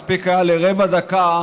מספיקה רבע דקה